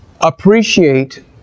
appreciate